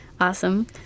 Awesome